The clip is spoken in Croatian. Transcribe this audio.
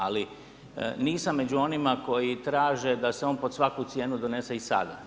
Ali nisam među onima koji traže, da se on pod svaku cijenu donese i sada.